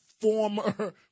former